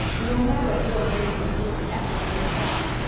no matter either way you use after save file,